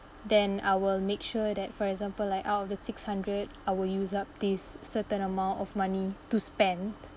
then I will make sure that for example like out of the six hundred I will use up this certain amount of money to spend